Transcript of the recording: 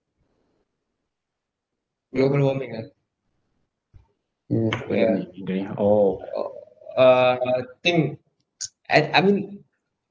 global warming lah yeah uh I think uh I mean